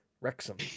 Wrexham